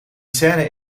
scene